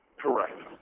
Correct